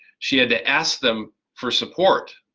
she had to ask them for support.